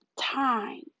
time